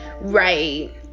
Right